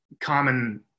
common